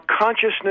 consciousness